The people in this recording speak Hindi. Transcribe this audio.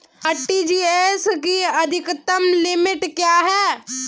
आर.टी.जी.एस की अधिकतम लिमिट क्या है?